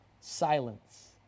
silence